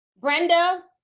Brenda